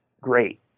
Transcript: great